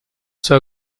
sua